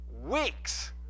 Weeks